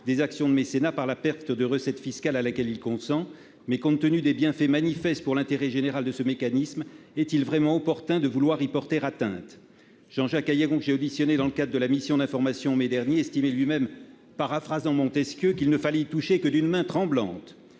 des actions de mécénat, par la perte de recettes fiscales à laquelle il consent. Mais, compte tenu des bienfaits manifestes de ce mécanisme pour l'intérêt général, est-il vraiment opportun de vouloir y porter atteinte ? Jean-Jacques Aillagon, que j'ai auditionné dans le cadre de notre mission d'information, en mai dernier, a lui-même déclaré, paraphrasant Montesquieu, qu'il ne fallait y toucher que d'une main tremblante.